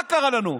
מה קרה לנו?